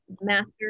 Master